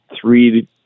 three